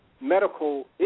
medical